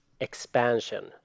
expansion